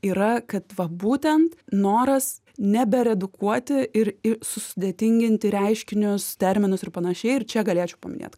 yra kad va būtent noras neberedukuoti ir susudėtinginti reiškinius terminus ir panašiai ir čia galėčiau paminėt